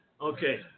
Okay